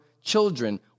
children